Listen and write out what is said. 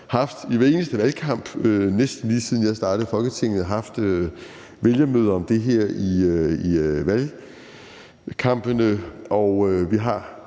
i hver eneste valgkamp, næsten lige siden jeg startede i Folketinget, haft vælgermøder om det her i valgkampene.